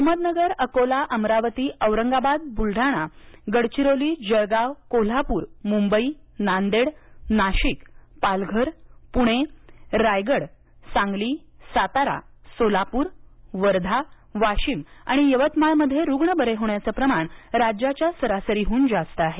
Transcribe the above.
अहमदनगर अकोला अमरावती औरंगाबाद बुलडाणा गडचिरोली जळगाव कोल्हापूर मुंबई नांदेड नाशिक पालघर पुणे रायगड सांगली सातारा सोलापूर वर्धा वाशिम आणि यवतमाळमध्ये रुग्ण बरे होण्याचं प्रमाण राज्याच्या सरासरीहून जास्त आहे